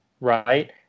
Right